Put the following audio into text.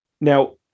now